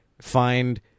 find